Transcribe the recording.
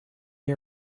you